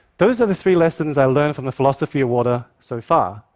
those are the three lessons i learned from the philosophy of water so far.